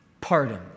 pardoned